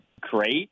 great